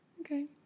Okay